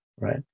right